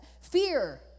Fear